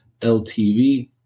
LTV